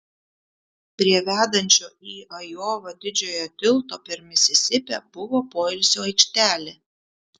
prie vedančio į ajovą didžiojo tilto per misisipę buvo poilsio aikštelė